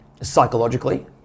psychologically